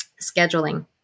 scheduling